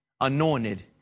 anointed